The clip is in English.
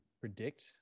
predict